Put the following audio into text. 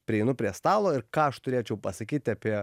prieinu prie stalo ir ką aš turėčiau pasakyt apie